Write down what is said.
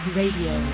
radio